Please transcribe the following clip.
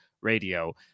radio